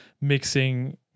mixing